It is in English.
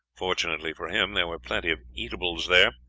fortunately for him there were plenty of eatables there,